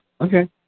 Okay